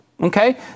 Okay